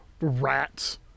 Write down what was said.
rats